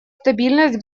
стабильность